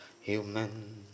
Human